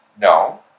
No